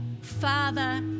Father